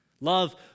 Love